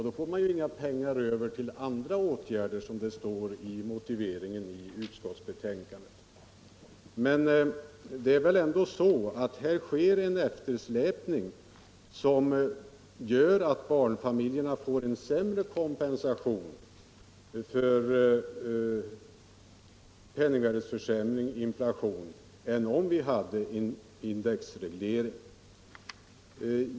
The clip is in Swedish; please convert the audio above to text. Då får man inga pengar över till andra åtgärder, som det står i utskottets motivering. Här sker ändå en eftersläpning, som gör att barnfamiljerna får en sämre kompensation för penningvärdeförsämring och inflation än om det fanns en indexreglering.